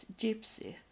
gypsy